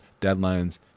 deadlines